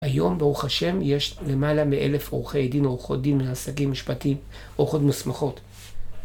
היום, ברוך השם, יש למעלה מאלף עורכי דין, עורכות דין, מנהשגים, משפטי, עורכות מוסמכות.